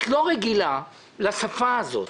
את לא רגילה לשפה הזאת.